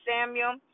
Samuel